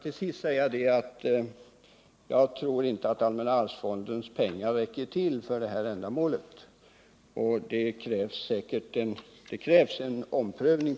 Till sist vill jag säga att jag inte tror att allmänna arvsfondens pengar räcker Nr 142 till för detta ändamål, utan det krävs en omprövning.